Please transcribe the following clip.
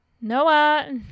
Noah